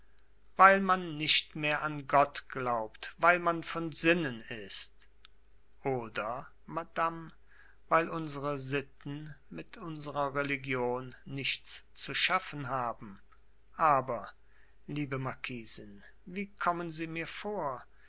weil man nicht mehr an gott glaubt weil man von sinnen ist oder madame weil unsre sitten mit unsrer religion nichts zu schaffen haben aber liebe marquisin wie kommen sie mir vor